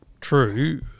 true